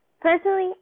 Personally